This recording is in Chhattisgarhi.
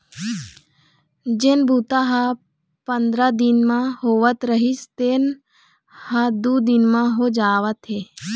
जेन बूता ह पंदरा दिन म होवत रिहिस हे तेन ह दू दिन म हो जावत हे